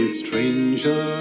stranger